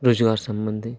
रोज़गार संबंधी